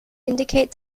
indicate